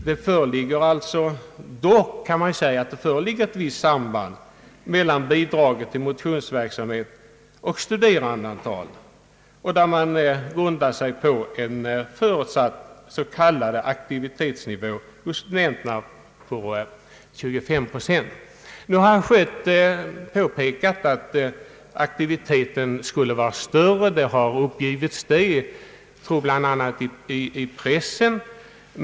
Det föreligger dock ett visst samband mellan bidraget till motionsverksamhet och studerandeantal som grundas på en förutsatt s.k. aktivitetsnivå hos studenterna på 25 procent. Herr Schött har anfört att aktiviteten skulle vara större, vilket har uppgivits bl.a. i pressen.